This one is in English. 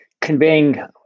conveying